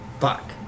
fuck